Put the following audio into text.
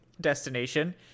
destination